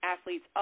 athletes